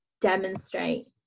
demonstrate